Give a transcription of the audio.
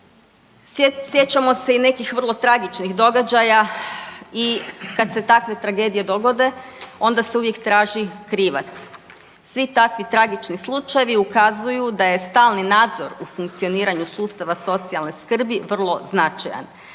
Sjećamo se i nekih vrlo tragičnih događaja i kad se takve tragedije dogode onda se uvijek traži krivac. Svi takvi tragični slučajevi ukazuju da je stalni nadzor u funkcioniranju sustava socijalne skrbi vrlo značajan,